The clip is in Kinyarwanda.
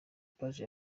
page